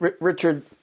Richard